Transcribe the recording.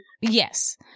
Yes